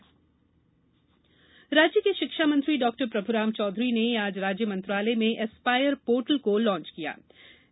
Aspire portal राज्य के शिक्षा मंत्री डॉक्टर प्रभुराम चौधरी ने आज राज्य मंत्रालय में एस्पायर पोर्टल को लांच किया किया